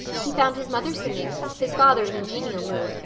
he found his mother singing, his father in a genial mood,